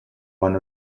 one